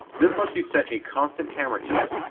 this let's you set a constant camera tilt,